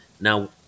now